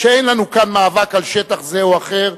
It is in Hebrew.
שאין לנו כאן מאבק על שטח זה או אחר,